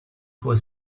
was